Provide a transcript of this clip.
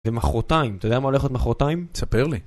זה מחרתיים, אתה יודע מה הולך להיות מחרתיים? ספר לי